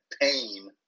pain